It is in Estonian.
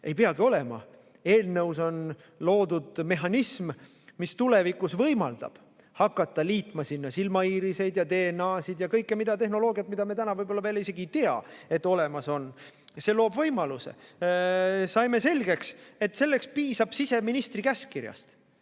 Ei peagi olema. Eelnõus on loodud mehhanism, mis tulevikus võimaldab hakata liitma sinna silmaiiriseid ja DNA‑sid ja kõiki tehnoloogiaid, mille kohta me veel isegi ei tea, et nad olemas on. See loob võimaluse. Saime selgeks, et selleks piisab siseministri käskkirjast.